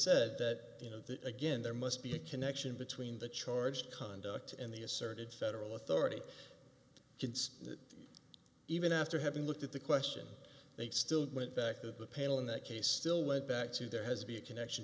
said that you know again there must be a connection between the charged conduct and the asserted federal authority even after having looked at the question they still went back to the panel in that case still went back to there has to be a connection